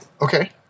okay